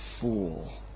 fool